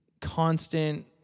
constant